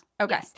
Okay